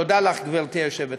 תודה לך, גברתי היושבת-ראש.